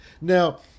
Now